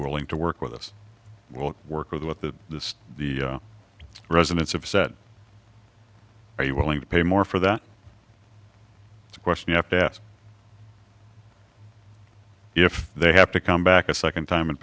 willing to work with us we'll work with what the the residents of said are you willing to pay more for that it's a question you have to ask if they have to come back a second time and